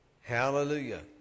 Hallelujah